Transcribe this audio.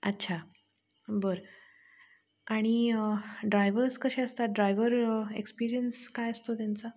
अच्छा बरं आणि ड्रायवर्स कसे असतात ड्रायव्हर एक्सपिरियन्स काय असतो त्यांचा